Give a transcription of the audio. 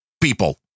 people